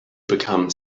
become